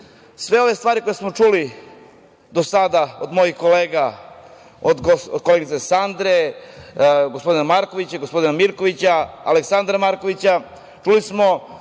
ove stvari koje smo čuli do sada od mojih kolega, od koleginice Sandre, gospodina Markovića, gospodina Mirkovića, Aleksandra Markovića, čuli smo